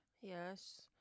Yes